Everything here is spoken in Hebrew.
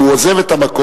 אם הוא עוזב את המקום,